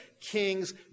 Kings